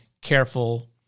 careful